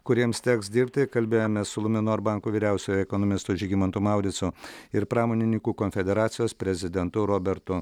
kuriems teks dirbti kalbėjomės su luminor banko vyriausiuoju ekonomistu žygimantu mauricu ir pramonininkų konfederacijos prezidentu robertu